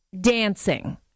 dancing